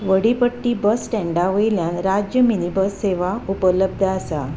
वडीपट्टी bus स्टँडा वयल्यान राज्य मिनीबस सेवा उपलब्ध आसा